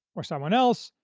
or someone else,